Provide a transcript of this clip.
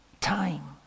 Time